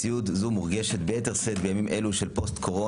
מציאות זו מורגשת ביתר שאת בימים אלו של פוסט-קורונה,